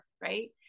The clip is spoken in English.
right